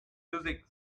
music